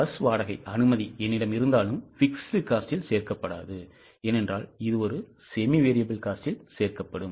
bus வாடகை அனுமதி என்னிடம் இருந்தாலும் fixed cost ல் சேர்க்கப்படாதுஇது semi variable cost ல் சேர்க்கப்படும்